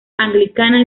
anglicana